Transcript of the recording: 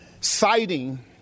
citing